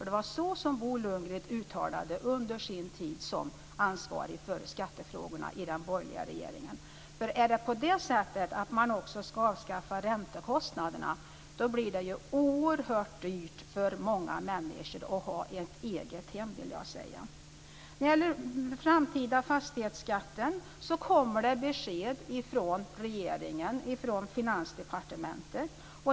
Det var det som Bo Lundgren uttalade under sin tid som ansvarig för skattefrågorna i den borgerliga regeringen. Är det på det sättet att man också ska avskaffa räntekostnaderna blir det oerhört dyrt för många människor att ha ett eget hem, vill jag säga. När det gäller den framtida fastighetsskatten kommer det besked från regeringen - från Finansdepartementet.